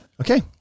Okay